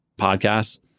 podcasts